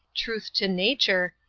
truth to nature,